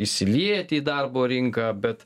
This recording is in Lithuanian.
įsilieti į darbo rinką bet